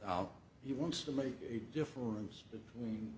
out he wants to make a difference between